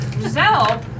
Giselle